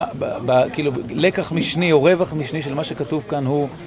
כאילו, לקח משני או רווח משני של מה שכתוב כאן הוא...